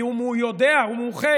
כי הוא יודע, הוא מומחה,